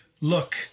Look